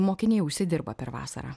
mokiniai užsidirba per vasarą